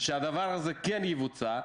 שהדבר הזה יבוצע,